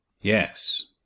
Yes